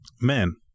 Men